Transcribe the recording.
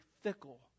fickle